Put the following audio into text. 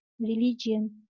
religion